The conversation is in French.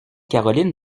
caroline